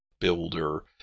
builder